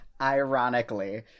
ironically